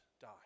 die